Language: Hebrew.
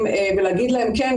ולהגיד להם: כן,